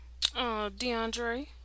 DeAndre